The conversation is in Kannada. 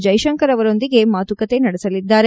ಜೈಶಂಕರ್ ಅವರೊಂದಿಗೆ ಮಾತುಕತೆ ನಡೆಸಲಿದ್ದಾರೆ